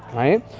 right?